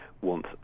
want